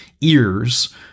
ears